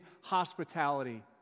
hospitality